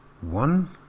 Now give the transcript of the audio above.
One